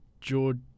George